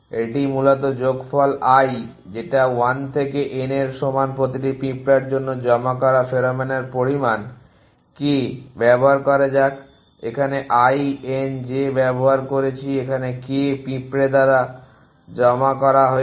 এটি মূলত যোগফল i যেটা 1 থেকে n এর সমান প্রতিটি পিঁপড়ার জন্য জমা করা ফেরোমোনের পরিমাণ k ব্যবহার করা যাক এখানে i n j ব্যবহার করেছি এখানে k পিঁপড়া দ্বারা জমা করা হয়েছে